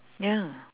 ya